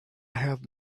had